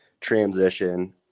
transition